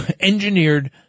engineered